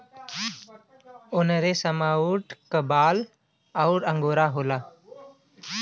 उनरेसमऊट क बाल अउर अंगोरा होला